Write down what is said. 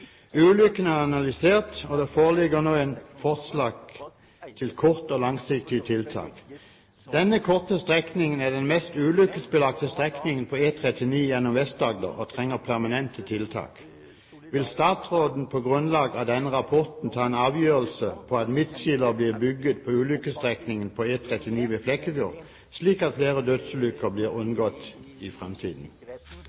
Ulykkene er analysert, og det foreligger nå forslag til kort- og langsiktige tiltak. Denne korte strekningen er den mest ulykkesbelagte strekning på E39 gjennom Vest-Agder og trenger permanente tiltak. Vil statsråden på grunnlag av denne rapporten ta en avgjørelse på at midtskiller blir bygget på ulykkesstrekningen på E39 ved Flekkefjord, slik at flere dødsulykker blir